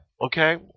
Okay